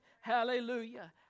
Hallelujah